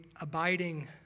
abiding